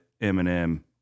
Eminem